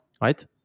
Right